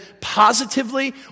positively